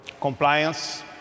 compliance